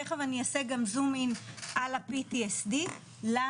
תיכף אני אעשה גם זום אין על ה-PTSD למה?